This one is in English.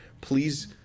Please